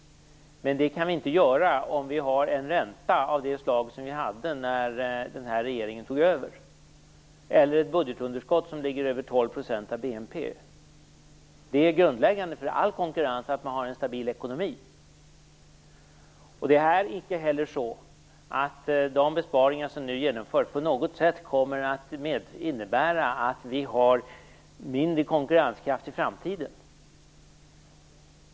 Men det kan vi inte göra om vi har en ränta av det slag som vi hade när den här regeringen tog över eller ett budgetunderskott som ligger över 12 % av BNP. Det är grundläggande för all konkurrens att man har en stabil ekonomi. Det är icke heller så att de besparingar som nu genomförs på något sätt kommer att innebära att vi har mindre konkurrenskraft i framtiden.